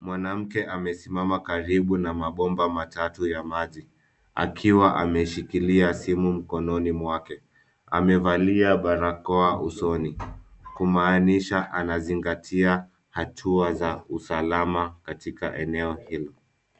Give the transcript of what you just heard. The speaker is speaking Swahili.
Mwanamke amesimama karibu na mabomba matatu ya maji akiwa ameshikilia dimu mkononi mwake. Ame valia barakoa usoni kumaanisha ana zingatia hatua za usalama katika eneo hilo.